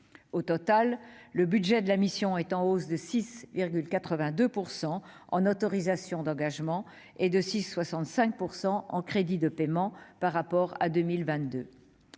budget global de la mission est en hausse de 6,82 % en autorisations d'engagement et de 6,65 % en crédits de paiement par rapport à 2022.